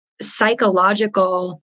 psychological